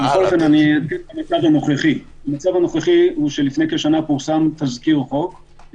המצב הנוכחי הוא שלפני כשנה פורסם תזכיר חוק,